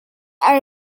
are